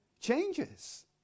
changes